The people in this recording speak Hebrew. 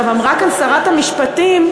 אמרה כאן שרת המשפטים,